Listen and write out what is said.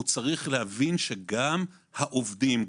הוא צריך להבין שגם העובדים,